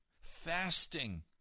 fasting